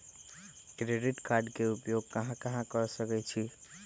Credit card के उपयोग कहां कहां कर सकईछी?